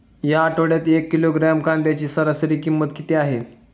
या आठवड्यात एक किलोग्रॅम कांद्याची सरासरी किंमत किती आहे?